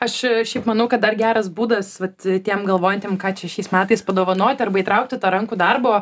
aš šiaip manau kad dar geras būdas vat tiems galvojantiems ką čia šiais metais padovanoti arba įtraukti tą rankų darbo